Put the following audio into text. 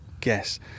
guess